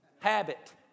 habit